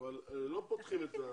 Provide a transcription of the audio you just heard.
אבל לא פותחים את המתווה.